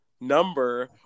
number